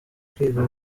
kwiga